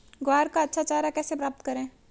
ग्वार का अच्छा चारा कैसे प्राप्त करें?